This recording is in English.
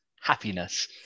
happiness